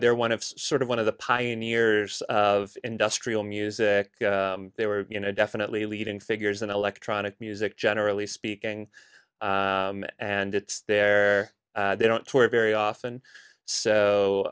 they're one of sort of one of the pioneers of industrial music they were you know definitely leading figures in electronic music generally speaking and it's their they don't tour very often so